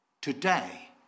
Today